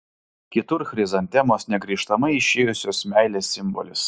kitur chrizantemos negrįžtamai išėjusios meilės simbolis